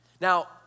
Now